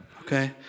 okay